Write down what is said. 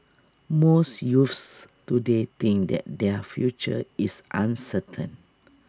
most youths today think that their future is uncertain